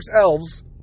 elves